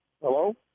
Hello